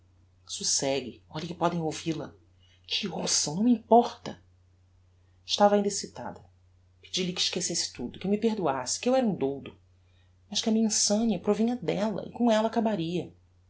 socegue olhe que podem ouvil-a que ouçam não me importa estava ainda excitada pedi-lhe que esquecesse tudo que me perdoasse que eu era um doudo mas que a minha insania provinha della e com ella acabaria